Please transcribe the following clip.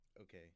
Okay